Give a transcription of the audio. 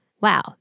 Wow